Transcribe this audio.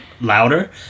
louder